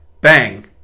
bang